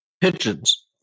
Pigeons